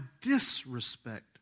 disrespect